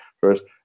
first